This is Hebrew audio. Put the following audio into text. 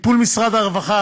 הטיפול של משרד הרווחה,